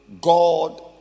God